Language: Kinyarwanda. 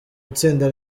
itsinda